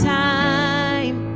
time